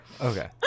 Okay